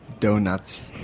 Donuts